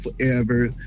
forever